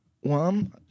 one